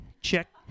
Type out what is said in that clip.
Check